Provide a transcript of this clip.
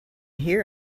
hear